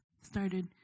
started